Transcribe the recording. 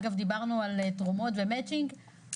אגב דיברנו על תרומות ומצ'ינג,